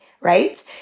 right